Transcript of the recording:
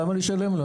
למה לשלם לו,